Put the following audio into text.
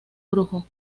brujo